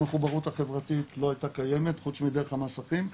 המחוברות החברתית לא הייתה קיימת חוץ מדרך המסכים,